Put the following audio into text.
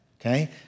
okay